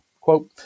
Quote